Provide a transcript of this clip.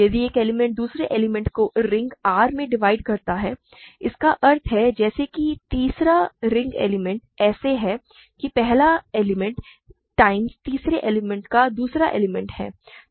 यदि एक एलिमेंट दूसरे एलिमेंट को रिंग R में डिवाइड करता है इसका अर्थ है जैसे कि तीसरा रिंग एलिमेंट ऐसा है कि पहला एलिमेंट टाइम्स तीसरे एलिमेंट का दूसरा एलिमेंट है